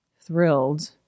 thrilled